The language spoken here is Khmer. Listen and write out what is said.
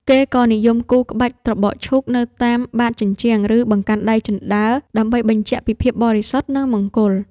គេក៏និយមគូរ ក្បាច់ត្របកឈូក នៅតាមបាតជញ្ជាំង ឬបង្កាន់ដៃជណ្តើរ ដើម្បីបញ្ជាក់ពីភាពបរិសុទ្ធ និងមង្គល។